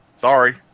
Sorry